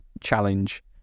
challenge